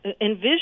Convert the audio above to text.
envision